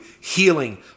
healing